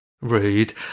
Rude